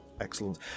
excellent